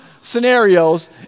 scenarios